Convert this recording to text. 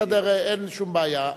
אין שום בעיה.